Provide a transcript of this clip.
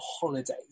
holiday